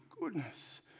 goodness